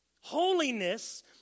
Holiness